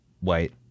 white